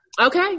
Okay